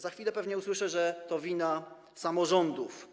Za chwilę pewnie usłyszę, że to wina samorządów.